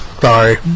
Sorry